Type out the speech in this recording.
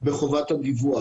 הדיווח.